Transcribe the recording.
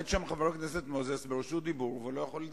לחבר הכנסת מוזס יש רשות דיבור והוא לא יכול לדבר.